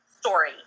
story